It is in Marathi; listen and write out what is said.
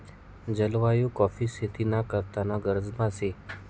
जलवायु काॅफी शेती ना करता गरजना शे